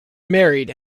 married